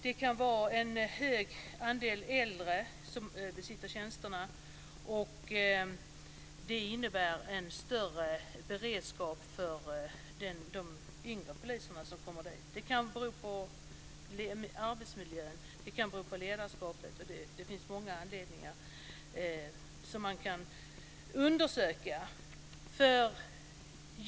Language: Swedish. Det kan vara en hög andel äldre som besitter tjänsterna. Det innebär då en större beredskap för de yngre poliser som kommer dit. Det kan bero på arbetsmiljön och på ledarskapet - det finns många anledningar som man kan undersöka.